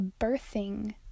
birthing